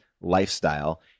lifestyle